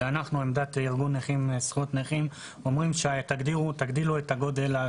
עמדת ארגון הנכים זכויות נכים אומרת שתגדילו את הגודל.